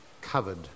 covered